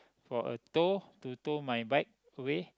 for a tow to tow my bike away